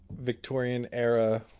Victorian-era